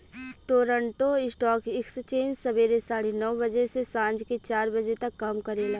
Toronto stock exchange सबेरे साढ़े नौ बजे से सांझ के चार बजे तक काम करेला